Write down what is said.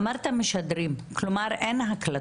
אמרת משדרים, כלומר, אין הקלטות.